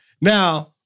Now